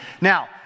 Now